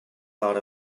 thought